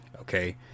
Okay